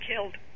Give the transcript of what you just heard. killed